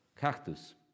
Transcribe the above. cactus